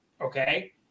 Okay